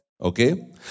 Okay